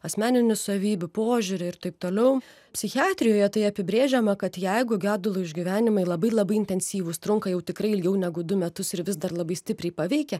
asmeninių savybių požiūrio ir taip toliau psichiatrijoje tai apibrėžiama kad jeigu gedulo išgyvenimai labai labai intensyvūs trunka jau tikrai ilgiau negu du metus ir vis dar labai stipriai paveikia